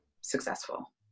successful